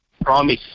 promise